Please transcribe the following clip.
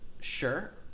Sure